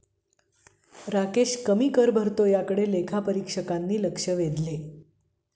राकेश कमी कर भरतो याकडे लेखापरीक्षकांनी लक्ष वेधले